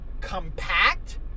compact